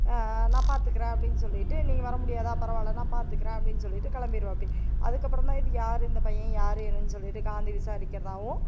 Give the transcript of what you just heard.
நான் பார்த்துக்கறேன் அப்படின்னு சொல்லிட்டு நீங்கள் வர முடியாதா பரவாயில்ல நான் பார்த்துக்கறேன் அப்படின்னு சொல்லிவிட்டு கிளம்பிருவாப்புடி அதுக்கப்புறம் தான் இது யார் இந்த பையன் யார் என்னென்று சொல்லிவிட்டு காந்தி விசாரிக்கிறதாகவும்